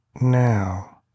now